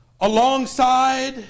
alongside